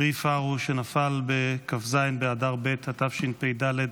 הרוש שנפל בכ"ז באדר ב' התשפ"ד,